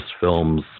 films